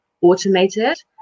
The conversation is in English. automated